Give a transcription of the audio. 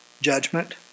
judgment